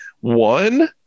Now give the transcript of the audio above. one